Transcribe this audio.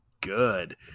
good